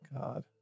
god